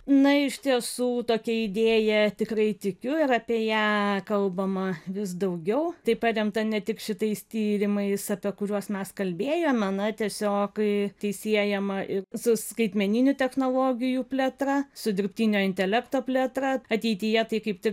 na iš tiesų tokia idėja tikrai tikiu ir apie ją kalbama vis daugiau tai paremta ne tik šitais tyrimais apie kuriuos mes kalbėjome na tiesiog kai tai siejama ir su skaitmeninių technologijų plėtra su dirbtinio intelekto plėtra ateityje tai kaip tik